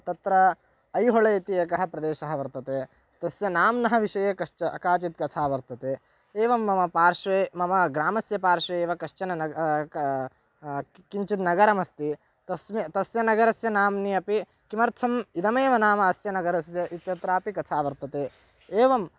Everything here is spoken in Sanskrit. तत्र ऐहोळे इति एकः प्रदेशः वर्तते तस्य नाम्नः विषये कश्च काचित् कथा वर्तते एवं मम पार्श्वे मम ग्रामस्य पार्श्वे एव कश्चन नग किञ्चित् नगरमस्ति तस्मिन् तस्य नगरस्य नाम्नि अपि किमर्थम् इदमेव नाम अस्य नगरस्य इत्यत्रापि कथा वर्तते एवं